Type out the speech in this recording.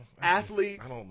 Athletes